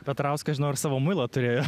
petrauskas žinau ir savo muilą turėjo